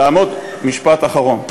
משפט אחרון.